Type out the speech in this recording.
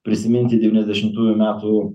prisiminti devyniasdešimtųjų metų